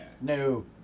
No